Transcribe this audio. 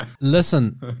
Listen